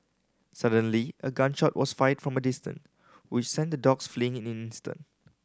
suddenly a gun shot was fired from a distance which sent the dogs fleeing in an instant